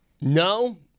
No